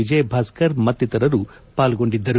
ವಿಜಯ್ ಭಾಸ್ಕರ್ ಮತ್ತಿತರರು ಪಾಲ್ಗೊಂಡಿದ್ದರು